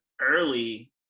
early